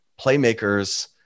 Playmakers